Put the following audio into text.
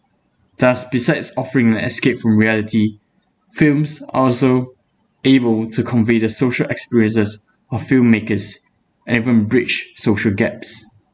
thus besides offering an escape from reality films also able to convey the social experiences of filmmakers and even bridge social gaps